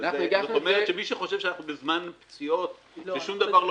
זאת אומרת שמי שחושב שאנחנו בזמן פציעות ושום דבר לא